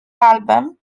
album